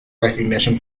recognition